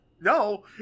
No